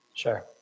Sure